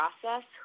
process